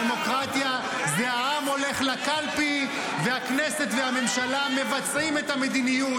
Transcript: דמוקרטיה זה שהעם הולך לקלפי והכנסת והממשלה מבצעים את המדיניות.